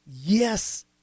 Yes